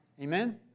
Amen